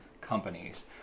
companies